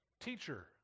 teacher